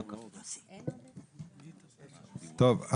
טוב,